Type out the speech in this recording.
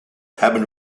hebben